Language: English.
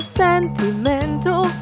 sentimental